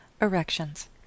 erections